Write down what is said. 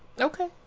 Okay